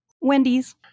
Wendy's